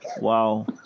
Wow